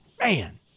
Man